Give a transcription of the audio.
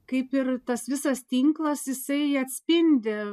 kaip ir tas visas tinklas jisai atspindi